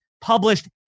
published